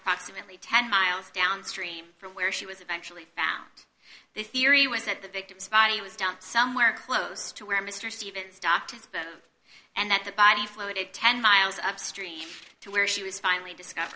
approximately ten miles downstream from where she was eventually found the theory was that the victim's body was dumped somewhere close to where mr stevens doctors and that the body floated ten miles upstream to where she was finally discovered